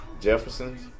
Jefferson's